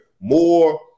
more